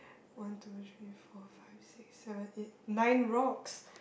one two three four five six seven eight nine rocks